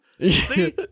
See